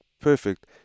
perfect